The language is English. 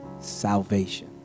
salvation